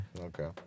Okay